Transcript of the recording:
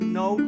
no